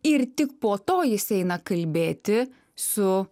ir tik po to jis eina kalbėti su